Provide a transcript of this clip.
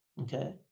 okay